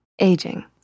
aging